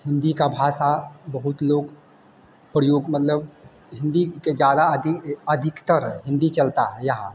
हिंदी की भाषा बहुत लोग प्रयोग मतलब हिंदी के ज़्यादा अधि अधिकतर हिंदी चलती है यहाँ